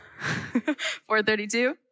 432